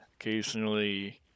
Occasionally